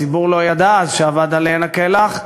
הציבור לא ידע אז שאבד עליהן כלח,